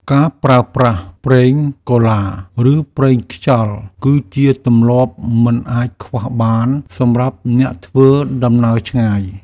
ការប្រើប្រាស់ប្រេងកូឡា ឬប្រេងខ្យល់ គឺជាទម្លាប់មិនអាចខ្វះបានសម្រាប់អ្នកធ្វើដំណើរឆ្ងាយ។